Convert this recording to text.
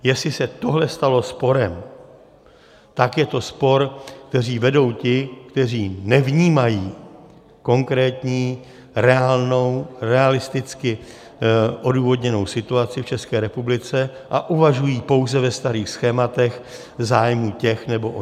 Jestli se tohle stalo sporem, tak je to spor, kteří vedou ti, kteří nevnímají konkrétní reálnou realisticky odůvodněnou situaci v České republice a uvažují pouze ve starých schématech v zájmu těch nebo oněch.